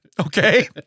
Okay